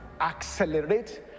accelerate